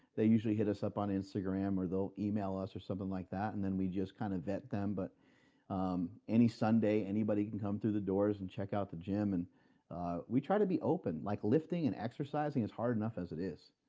they usually hit us up on instagram or they'll email us or something like that and then we just kind of vet them. but um any sunday anybody can come through the doors and check out the gym. and ah we try to be open. like lifting and exercising is hard enough as it is.